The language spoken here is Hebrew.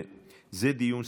זה חטא